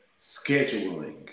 scheduling